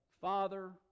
father